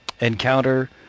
encounter